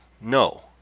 No